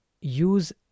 use